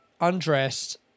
undressed